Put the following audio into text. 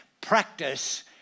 Practice